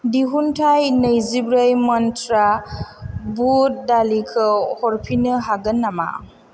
दिहुनथाइ नैजिब्रै मन्त्रा बुट दालिखौ हरफिन्नो हागोन नामा